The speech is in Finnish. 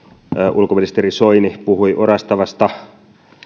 ulkoministeri soini puhui orastavasta